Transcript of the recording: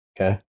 Okay